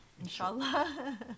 inshallah